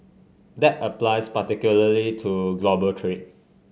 that applies particularly to global trade